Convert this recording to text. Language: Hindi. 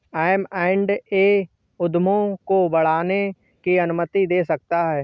एम एण्ड ए उद्यमों को बढ़ाने की अनुमति दे सकता है